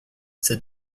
ces